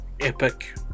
Epic